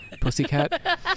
Pussycat